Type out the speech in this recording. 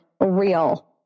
real